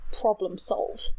problem-solve